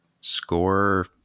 score